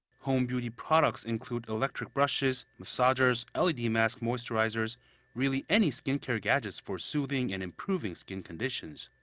home beauty products include electric brushes, massagers, led-mask moisturizers really any skin-care gadget for soothing and improving skin conditions.